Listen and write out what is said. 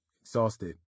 exhausted